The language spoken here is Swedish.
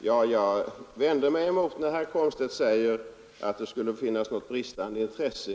Herr talman! Jag vänder mig mot herr Komstedts påstående att det skulle brista i fråga om intresset.